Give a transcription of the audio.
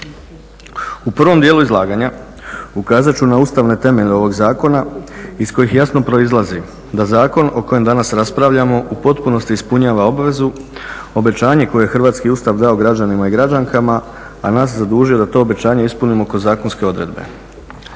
U prvom dijelu izlaganja ukazat ću na ustavne temelje ovog zakona iz kojih jasno proizlazi da zakon o kojem danas raspravljamo u potpunosti ispunjava obvezu, obećanje koje je hrvatski Ustav dao građanima i građankama, a nas zadužio da to obećanje ispunimo kroz zakonske odredbe.